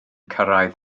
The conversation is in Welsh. cyrraedd